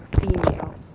females